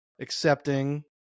accepting